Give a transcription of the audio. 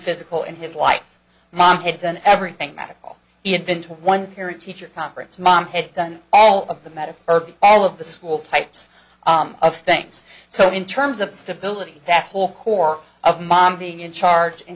physical and his life mom had done everything magical he had been to one parent teacher conference mom had done all of the matter all of the school types of things so in terms of stability that whole corps of mom being in charge and